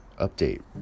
update